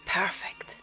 perfect